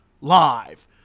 live